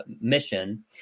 mission